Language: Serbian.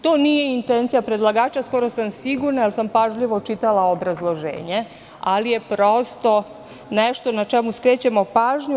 To nije intencija predlagača, skoro sam sigurna, jer sam pažljivo čitala obrazloženje, ali je prosto nešto na šta skrećemo pažnju.